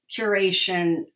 curation